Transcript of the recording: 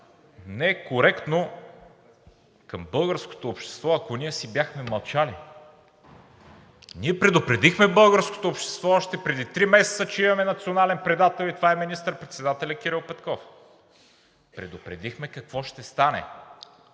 не е коректно към българското общество, ако ние си бяхме мълчали. Ние предупредихме българското общество още преди три месеца, че имаме национален предател и това е министър-председателят Кирил Петков. Предупредихме какво ще стане.